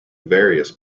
various